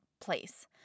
place